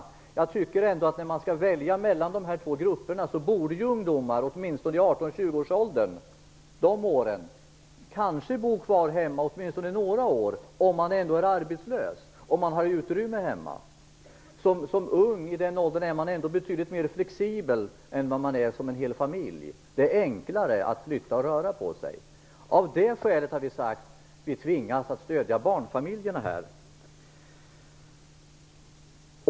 Men jag tycker ändå att i valet mellan dessa två grupper borde ungdomar, åtminstone i 18-20 årsåldern, kanske bo kvar hemma under åtminstone några år om de ändå är arbetslösa och det finns utrymme hemma. Som ung är man ändå betydligt mer flexibel än som en hel familj. De har enklare att flytta och röra på sig. Av det skälet har vi sagt att vi här tvingas att stödja barnfamiljerna.